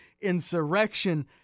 insurrection